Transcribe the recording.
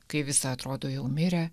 kai visa atrodo jau mirę